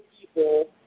people